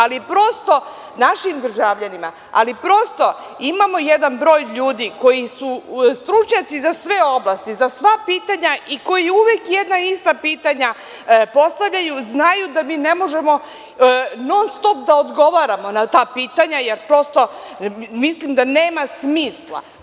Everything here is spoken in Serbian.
Ali, prosto našim državljanima, ali prosto imamo jedan broj ljudi koji su stručnjaci za sve oblasti, za sva pitanja i koji uvek jedna ista pitanja postavljaju, znaju da mi ne možemo non stop da odgovaramo na ta pitanja, jer prosto mislim da nema smisla.